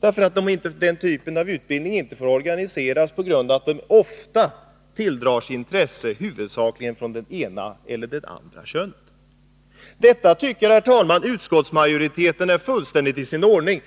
därför att den typen av utbildning inte får organiseras på grund av att den ofta tilldrar sig intresse huvudsakligen från det ena eller det andra könet. Detta tycker, herr talman, utskottsmajoriteten är fullständigt i sin ordning.